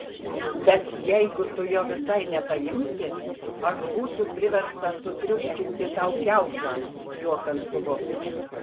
bet jeigu tu jo visai nepaimsi aš būsiu priverstas sutriuškinti tau kiaušą šiuo kastuvu